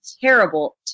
Terrible